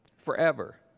forever